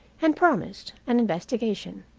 and promised an investigation,